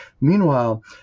Meanwhile